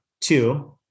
two